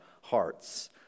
hearts